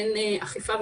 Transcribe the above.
אין אכיפה,